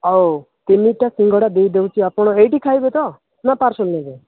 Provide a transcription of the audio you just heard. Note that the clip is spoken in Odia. ଆଉ ତିନିଟା ସିଙ୍ଗଡ଼ା ଦେଇ ଦେଉଛି ଆପଣ ଏଇଠି ଖାଇବେ ତ ନା ପାର୍ସଲ୍ ନେବେ